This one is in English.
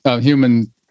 human